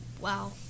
wow